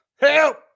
help